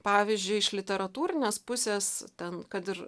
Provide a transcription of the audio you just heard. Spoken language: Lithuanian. pavyzdžiui iš literatūrinės pusės ten kad ir